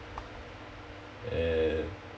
and